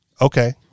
Okay